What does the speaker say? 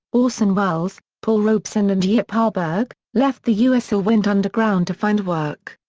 orson welles, paul robeson and yip harburg, left the u s or went underground to find work.